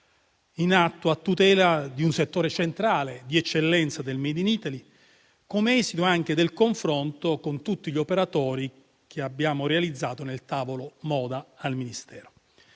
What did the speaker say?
in atto a tutela di un settore centrale e di eccellenza del *made in Italy,* come esito anche del confronto con tutti gli operatori che abbiamo realizzato nel tavolo moda al Ministero.